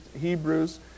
Hebrews